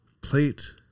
plate